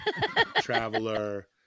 traveler